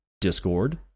Discord